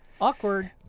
Awkward